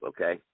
Okay